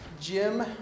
Jim